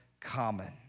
common